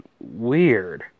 weird